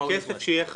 הכסף שיהיה חסר,